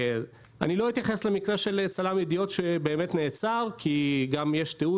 אני לא אתייחס למקרה של צלם ידיעות שבאמת נעצר כי גם יש תיעוד